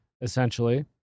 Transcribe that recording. essentially